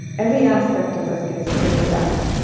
every aspect of us gets drained out.